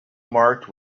marked